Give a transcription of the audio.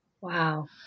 Wow